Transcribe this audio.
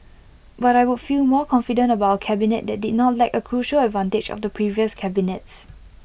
but I would feel more confident about cabinet that did not lack A crucial advantage of the previous cabinets